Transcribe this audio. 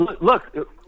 look